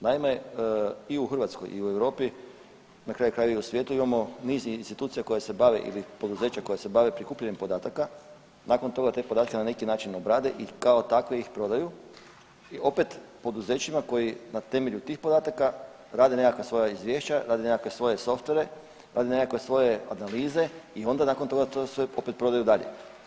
Naime i u Hrvatskoj i u Europi na kraju krajeve i u svijetu imamo niz institucija ili poduzeća koja se bave prikupljanjem podataka, nakon toga te podatke na neki način obrade i kao takve ih prodaju i opet poduzećima koji na temelju tih podataka rade nekakva svoja izvješća, rade nekakve svoje softvere, rade nekakve svoje analize i onda nakon toga to sve opet prodaju dalje.